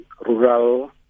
rural